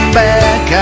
back